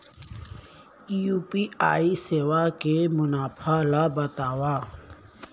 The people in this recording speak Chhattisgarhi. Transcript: यू.पी.आई सेवा के मुनाफा ल बतावव?